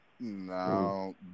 No